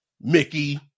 Mickey